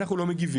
אנחנו לא מגיבים,